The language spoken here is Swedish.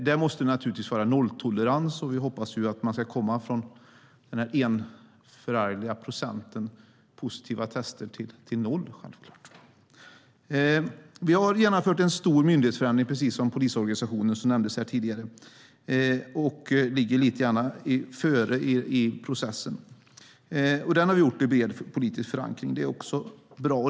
Där måste det naturligtvis vara nolltolerans, och vi hoppas att man ska komma från den förargliga procenten positiva tester till noll. Precis som i polisorganisationen har det genomförts en stor myndighetsförändring. Vi ligger lite före i processen. Den har genomförts i bred politisk förankring, och det är också bra.